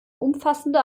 umfassende